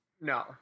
no